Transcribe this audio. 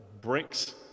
bricks